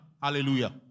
Hallelujah